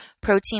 protein